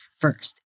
first